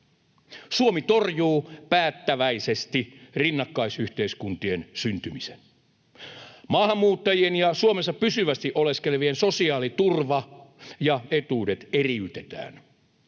Suomi torjuu päättäväisesti rinnakkaisyhteiskuntien syntymisen. Maahanmuuttajien ja Suomessa pysyvästi oleskelevien sosiaaliturva ja etuudet eriytetään.